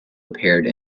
appeared